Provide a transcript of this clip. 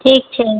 ठीक छै